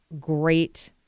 great